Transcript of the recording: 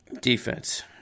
Defense